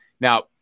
Now